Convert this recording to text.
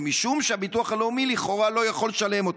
זה משום שהביטוח הלאומי לכאורה לא יכול לשלם אותן,